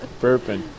burping